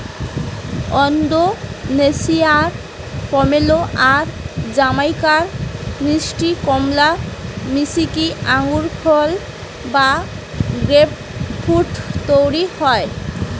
ওন্দোনেশিয়ার pomelo আর জামাইকার মিষ্টি কমলা মিশিকি আঙ্গুরফল বা গ্রেপফ্রূট তইরি হয়